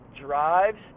Drives